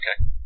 Okay